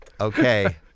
Okay